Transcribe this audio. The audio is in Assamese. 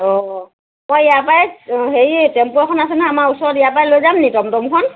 অঁ মই ইয়াৰপৰাই হেৰি টেম্পু এখন আছে নহয় আমাৰ ওচৰত ইয়াৰপৰাই লৈ যাম নেকি টমটমখন